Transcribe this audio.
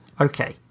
Okay